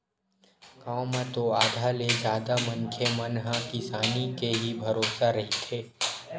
गाँव म तो आधा ले जादा मनखे मन ह किसानी के ही भरोसा रहिथे